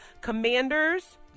Commanders